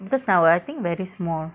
because நா:na were I think very small